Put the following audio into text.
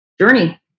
journey